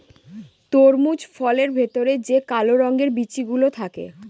তরমুজ ফলের ভেতরে যে কালো রঙের বিচি গুলো থাকে